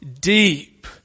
deep